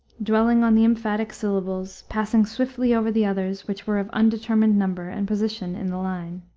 dwelling on the emphatic syllables, passing swiftly over the others which were of undetermined number and position in the line.